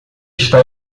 está